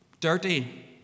Dirty